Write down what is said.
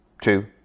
two